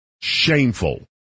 Shameful